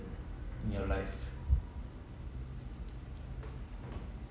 in your life